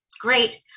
great